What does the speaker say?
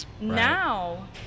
Now